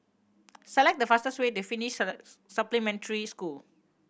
select the fastest way to Finnish Supplementary School